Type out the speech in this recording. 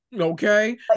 Okay